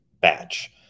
batch